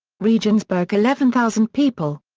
regensburg eleven thousand people.